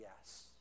yes